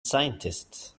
scientists